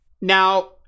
Now